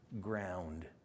ground